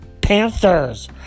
Panthers